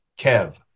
Kev